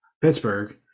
Pittsburgh